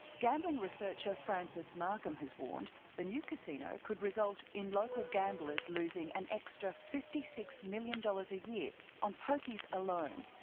gambling researcher francis markham has warned the new casino could result in local gamblers losing an extra fifty six million dollars a year on pokies alone.